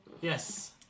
yes